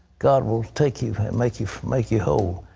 god will take you and make you make you whole.